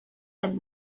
had